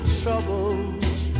troubles